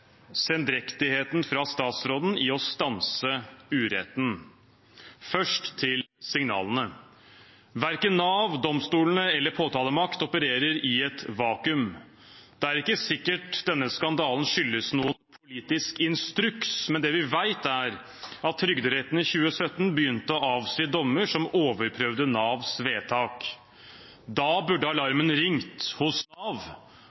sendrektigheten fra statsråden når det gjelder å stanse uretten. Først til signalene: Verken Nav, domstolene eller påtalemakten opererer i et vakuum. Det er ikke sikkert denne skandalen skyldes noen politisk instruks, men det vi vet, er at Trygderetten i 2017 begynte å avsi dommer som overprøvde Navs vedtak. Da burde